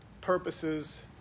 purposes